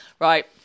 right